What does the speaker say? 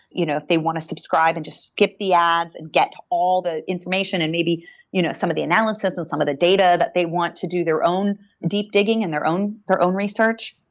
you know if they want to subscribe and just skip the ads and get all the information and maybe you know some of the analysis and some of the data that they want to do their own deep digging and their own their own research,